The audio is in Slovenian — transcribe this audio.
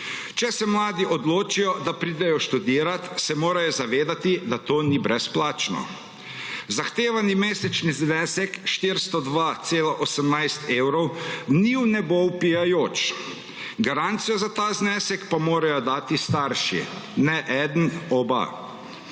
Če se mladi odločijo, da pridejo študirati se morajo zavedati, da to ni brezplačno. Zahtevani mesečni znesek 402,18 evrov ni v nebo vpijajoč. Garancijo za ta znesek pa morajo dati starši, ne eden, oba.